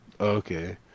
Okay